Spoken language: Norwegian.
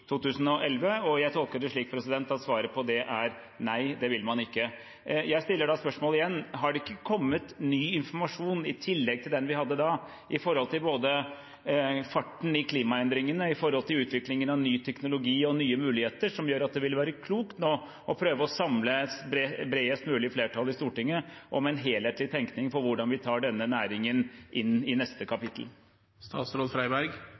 2011. Jeg tolker det slik at svaret på spørsmålet er at nei, det vil man ikke. Jeg stiller da spørsmålet igjen: Har det ikke kommet ny informasjon i tillegg til den vi hadde da, når det gjelder både farten i klimaendringene og utviklingen av ny teknologi og nye muligheter, som gjør at det nå ville være klokt å prøve å samle et bredest mulig flertall i Stortinget om en helhetlig tenkning om hvordan vi tar denne næringen inn i neste